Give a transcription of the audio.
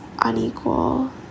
unequal